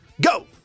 Go